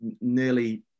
nearly